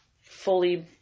fully